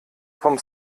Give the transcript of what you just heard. vom